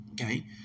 Okay